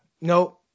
no